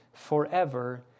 Forever